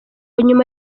nyuma